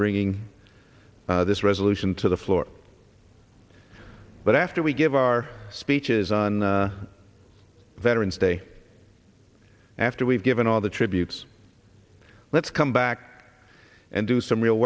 bringing this resolution to the floor but after we give our speeches on veterans day after we've given all the tributes let's come back and do some real